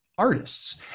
artists